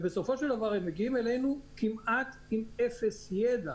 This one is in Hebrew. אחר כך הם מגיעים אלינו אם אפס ידע.